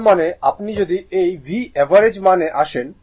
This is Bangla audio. তার মানে আপনি যদি এই V অ্যাভারেজ মান এ আসেন